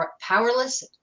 powerless